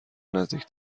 نزدیک